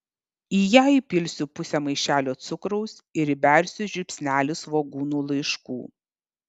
į ją įpilsiu pusę maišelio cukraus ir įbersiu žiupsnelį svogūnų laiškų